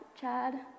Chad